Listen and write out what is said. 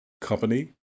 company